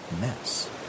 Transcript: mess